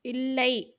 இல்லை